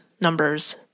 numbers